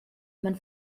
man